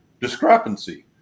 discrepancy